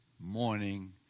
morning